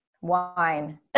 Wine